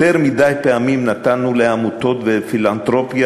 יותר מדי פעמים נתנו לעמותות ולפילנתרופיה